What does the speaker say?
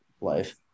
Life